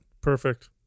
perfect